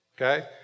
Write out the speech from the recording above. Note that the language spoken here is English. okay